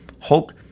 Hulk